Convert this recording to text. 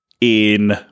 in-